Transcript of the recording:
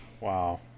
Wow